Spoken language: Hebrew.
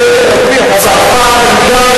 נחתו כאן